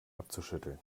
abzuschütteln